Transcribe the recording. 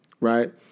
Right